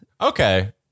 Okay